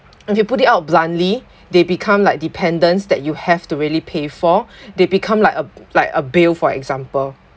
if you put it out bluntly they become like dependence that you have to really pay for they become like a like a bill for example